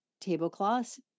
tablecloths